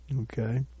Okay